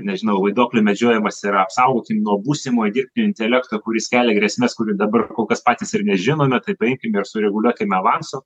nežinau vaiduoklių medžiojimas yra apsaugoti nuo būsimo dirbtinio intelekto kuris kelia grėsmes kurių dabar kol kas patys ir nežinome tai paimkime ir sureguliuokime avansu